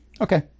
Okay